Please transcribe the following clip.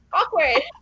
awkward